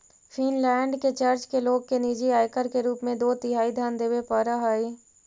Finland में church के लोग के निजी आयकर के रूप में दो तिहाई धन देवे पड़ऽ हई